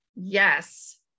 Yes